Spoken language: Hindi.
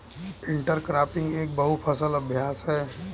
इंटरक्रॉपिंग एक बहु फसल अभ्यास है